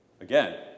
Again